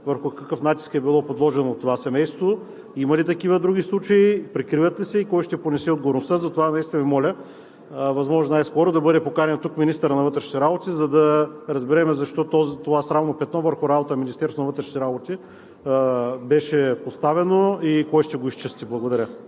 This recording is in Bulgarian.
върху какъв натиск е било подложено това семейство. Има ли такива други случаи, прикриват ли се и кой ще понесе отговорността? Затова моля възможно най-скоро да бъде поканен тук министърът на вътрешните работи, за да разберем защо беше поставено това срамно петно върху работата на Министерството на вътрешните работи и кой ще го изчисти? Благодаря.